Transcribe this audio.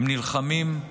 הם נלחמים,